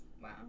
Wow